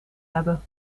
hebben